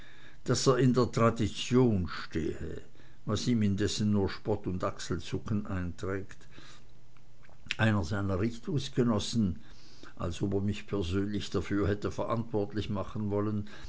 daß er in der tradition stehe was ihm indessen nur spott und achselzucken einträgt einer seiner richtungsgenossen als ob er mich persönlich dafür hätte verantwortlich machen wollen